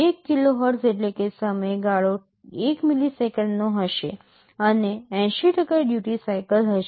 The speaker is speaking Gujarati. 1 KHz એટલે કે સમયગાળો 1 મિલિસેકંડનો હશે અને 80 ડ્યુટી સાઇકલ હશે